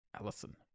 Allison